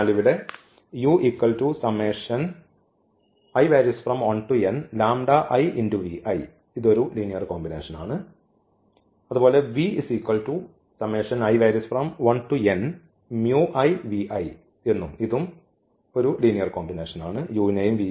അതിനാൽ ഇവിടെ ഇത് ഒരു ലീനിയർ കോമ്പിനേഷൻ ആണ് എന്നും